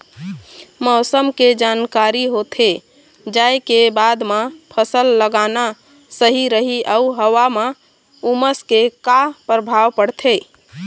मौसम के जानकारी होथे जाए के बाद मा फसल लगाना सही रही अऊ हवा मा उमस के का परभाव पड़थे?